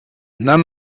none